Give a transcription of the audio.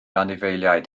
anifeiliaid